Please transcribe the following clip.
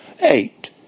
Eight